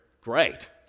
great